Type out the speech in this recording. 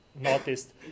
noticed